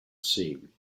seeing